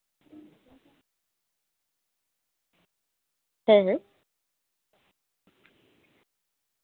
ᱦᱮᱸ ᱦᱮᱸ